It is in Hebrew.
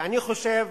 ואני חושב